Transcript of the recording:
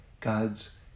God's